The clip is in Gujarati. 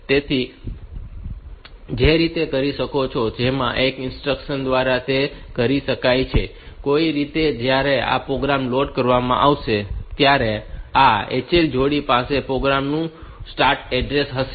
તેથી જે રીતે તે કરી શકાય છે તેમાં એક જ ઇન્સ્ટ્રક્શન દ્વારા તે કરી શકાય છે કોઈક રીતે જ્યારે આ પ્રોગ્રામ લોડ કરવામાં આવશે ત્યારે આ HL જોડી પાસે પ્રોગ્રામ નું સ્ટાર્ટ એડ્રેસ હશે